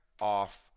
off